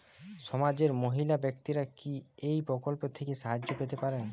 সমাজের মহিলা ব্যাক্তিরা কি এই প্রকল্প থেকে সাহায্য পেতে পারেন?